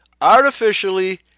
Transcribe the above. artificially